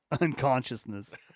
unconsciousness